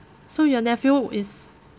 so your nephew is